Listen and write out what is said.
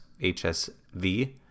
HSV